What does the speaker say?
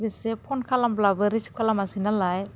बेसे फन खालामब्लाबो रिसिब खालामासै नालाय